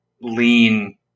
lean